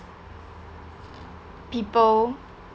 people